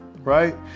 right